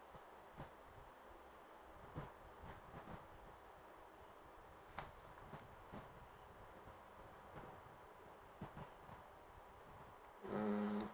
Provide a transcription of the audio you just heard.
mm